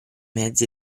mezzi